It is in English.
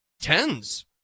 tens